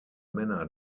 männer